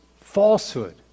falsehood